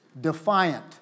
defiant